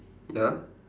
ya